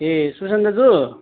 ए सुसन दाजु